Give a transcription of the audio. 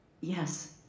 Yes